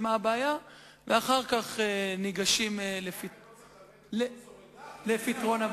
הגדרה מה הבעיה,